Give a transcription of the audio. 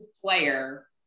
player